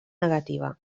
negativa